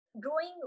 growing